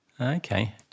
Okay